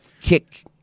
kick